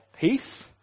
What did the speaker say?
peace